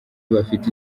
bagifite